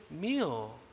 meal